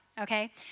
Okay